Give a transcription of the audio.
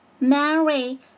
Mary